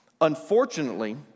Unfortunately